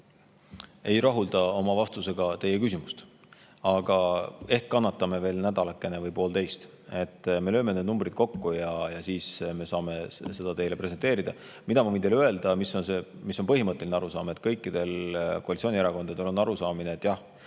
ei rahulda teid oma vastusega, aga ehk kannatame veel nädalakene või poolteist. Me lööme need numbrid kokku ja siis saame seda teile presenteerida. Mida ma võin teile öelda, mis on see põhimõtteline arusaam? Kõikidel koalitsioonierakondadel on arusaamine, et jah,